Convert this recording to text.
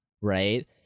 right